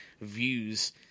views